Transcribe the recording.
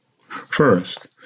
First